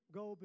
go